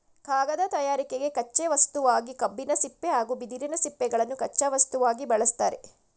ಕಾಗದ ತಯಾರಿಕೆಗೆ ಕಚ್ಚೆ ವಸ್ತುವಾಗಿ ಕಬ್ಬಿನ ಸಿಪ್ಪೆ ಹಾಗೂ ಬಿದಿರಿನ ಸಿಪ್ಪೆಗಳನ್ನು ಕಚ್ಚಾ ವಸ್ತುವಾಗಿ ಬಳ್ಸತ್ತರೆ